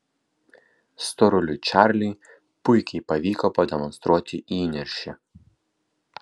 storuliui čarliui puikiai pavyko pademonstruoti įniršį